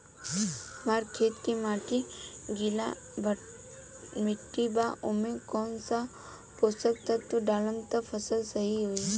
हमार खेत के माटी गीली मिट्टी बा ओमे कौन सा पोशक तत्व डालम त फसल सही होई?